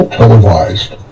televised